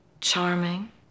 charming